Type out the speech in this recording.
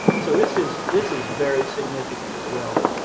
so this is this is very significant as well.